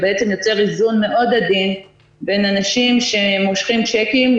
הוא בעצם יוצר איזון מאוד עדין בין אנשים שמושכים צ'קים,